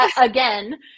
again